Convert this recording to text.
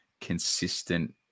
consistent